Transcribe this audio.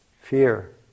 Fear